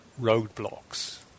roadblocks